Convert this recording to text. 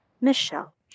Michelle